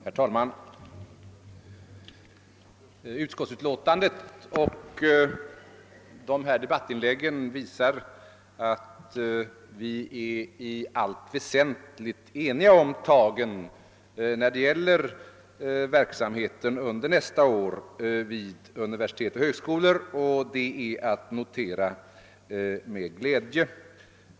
Herr talman! Utskottsutlåtandet och de inlägg som gjorts i debatten visar att vi i allt väsentligt är eniga om tagen när det gäller verksamheten under nästa år vid universitet och högskolor, och det är att notera med glädje.